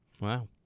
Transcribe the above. Wow